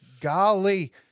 golly